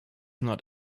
not